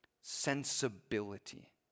sensibility